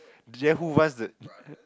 then who what's the